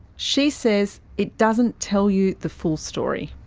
she says it doesn't tell you the full story.